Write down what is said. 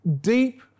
deep